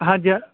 ਹਾਂਜੀ ਆ